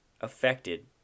affected